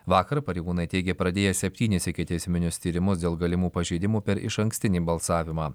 vakar pareigūnai teigė pradėję septynis ikiteisminius tyrimus dėl galimų pažeidimų per išankstinį balsavimą